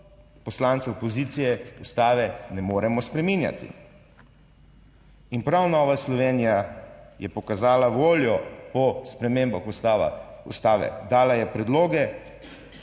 poslancev opozicije Ustave ne moremo spreminjati. In prav Nova Slovenija je pokazala voljo po spremembah Ustava, Ustave - dala je predloge